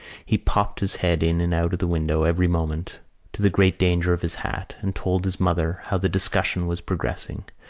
he popped his head in and out of the window every moment to the great danger of his hat, and told his mother how the discussion was progressing,